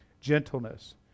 gentleness